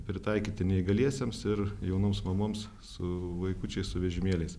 pritaikyti neįgaliesiems ir jaunoms mamoms su vaikučiais su vežimėliais